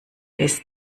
ist